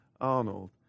Arnold